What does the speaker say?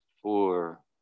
four